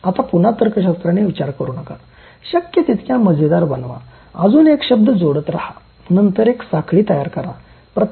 आता पुन्हा तर्कशास्त्रने विचार करू नका शक्य तितक्या मजेदार बनवा अजून एक शब्द जोडत रहा नंतर एक साखळी तयार करा